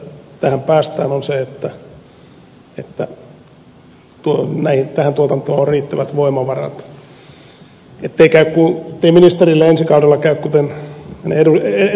ehto että tähän päästään on se että tähän tuotantoon on riittävät voimavarat ettei ministerille ensi kaudella käy kuten hänen edeltäjälleen